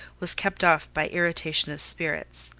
was kept off by irritation of spirits.